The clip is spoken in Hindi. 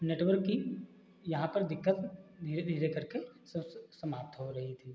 नेटवर्क की यहाँ पर दिक्कत धीरे धीरे करके सब समाप्त हो रही थी